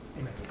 Amen